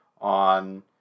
on